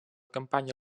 campanya